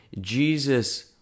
Jesus